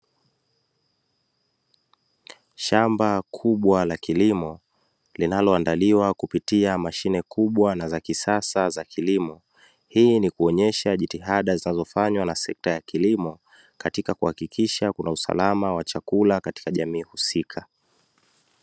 Shamba kubwa la kilimo linaloandaliwa kupitia mashine kubwa na zakisasa zakilimo. Hii ni kuonyesha jitihada zinazofanywa na sekta ya kilimo. Hii ni kuonyesha jitihada zinazofanywa na sekta ya kilimo katika kuhakikisha kuna usalama wa chakula katika jamii husika